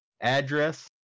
Address